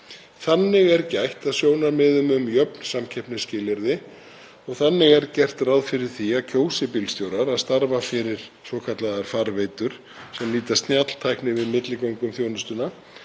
Þannig er gætt að sjónarmiðum um jöfn samkeppnisskilyrði og þannig er gert ráð fyrir því að kjósi bílstjórar að starfa fyrir svokallaðar farveitur, sem nýta snjalltækni við milligöngu um þjónustuna,